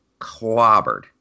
clobbered